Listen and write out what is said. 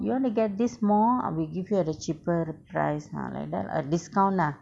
you want to get this more ah we give you at a cheaper price lah like that a discount lah